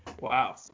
Wow